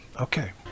Okay